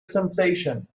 sensation